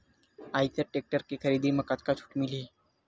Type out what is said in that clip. Eicher tractor के खरीदी म कतका छूट मिलही?